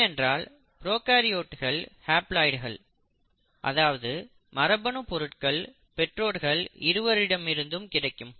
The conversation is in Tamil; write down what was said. ஏனென்றால் ப்ரோகாரியோட்கள் ஹாப்ளாய்டுகள் அதாவது மரபணு பொருட்கள் பெற்றோர்கள் இருவரிடமிருந்தும் கிடைக்கும்